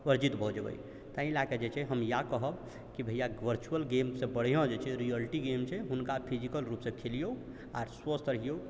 वर्जित भऽ जेबै तैं लए के जे छै हम इएह कहब की भैया वर्चूअल गेमसँ बढ़िआँ जे रियलिटी गेम छै हुनका फिजिकल रूपसँ खेलियौ आर स्वस्थ रहियौ